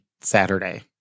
Saturday